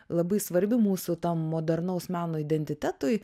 labai svarbi mūsų modernaus meno identitetui